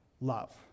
love